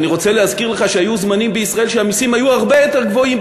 אני רוצה להזכיר לך שהיו זמנים בישראל שהמסים היו הרבה יותר גבוהים,